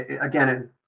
again